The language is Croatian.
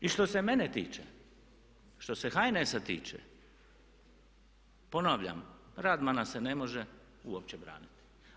I što se mene tiče, što se HNS-a tiče ponavljam Radmana se ne može uopće braniti.